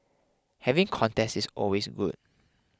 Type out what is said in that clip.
having contests is always good